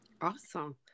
Awesome